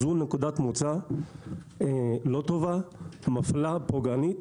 זאת נקודת מוצא לא טובה, מפלה, פוגענית,